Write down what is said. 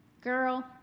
Girl